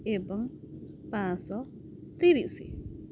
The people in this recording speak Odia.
ଏବଂ ପାଞ୍ଚଶହ ତିରିଶ